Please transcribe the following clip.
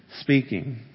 speaking